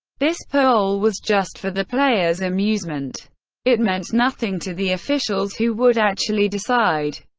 this poll was just for the players' amusement it meant nothing to the officials who would actually decide.